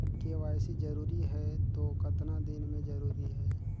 KYC जरूरी हे तो कतना दिन मे जरूरी है?